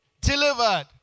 delivered